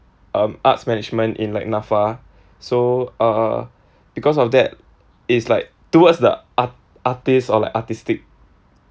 um arts management in like NAFA so uh because of that it's like towards the art~ artist or like artistic